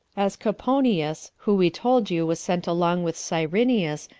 as coponius, who we told you was sent along with cyrenius,